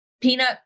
peanut